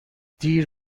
دیر